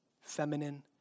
feminine